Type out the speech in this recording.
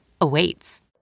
awaits